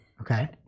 Okay